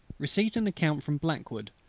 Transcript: received an account from blackwood,